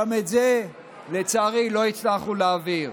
גם את זה, לצערי, לא הצלחנו להעביר.